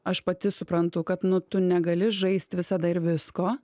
aš pati suprantu kad nu tu negali žaist visada ir visko